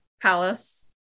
palace